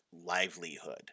livelihood